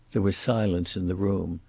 there was silence in the room,